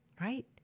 right